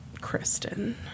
Kristen